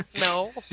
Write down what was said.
No